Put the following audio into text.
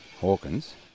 Hawkins